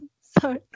sorry